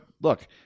look